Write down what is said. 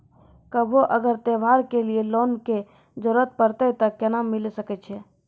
कभो अगर त्योहार के लिए लोन के जरूरत परतै तऽ केना मिल सकै छै?